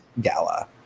Gala